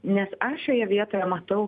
nes aš šioje vietoje matau